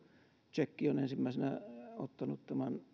tsekki on ensimmäisenä ottanut